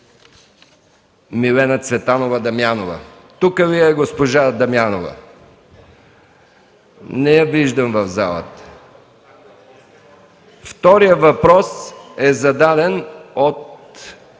Милена Цветанова Дамянова. Тук ли е госпожа Дамянова? Не я виждам в залата! Вторият въпрос е зададен също